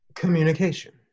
Communication